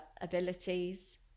abilities